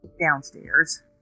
downstairs